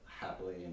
happily